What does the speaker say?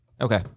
Okay